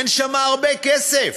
אין שם הרבה כסף,